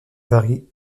varie